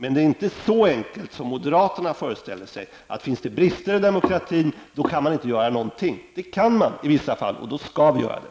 Men det är inte så enkelt som moderaterna föreställer sig, att om det finns brister i demokratin kan vi inte göra någonting, det kan vi i vissa fall, och då skall vi göra det.